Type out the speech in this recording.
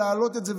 להעלות את זה.